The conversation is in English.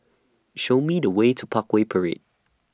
Show Me The Way to Parkway Parade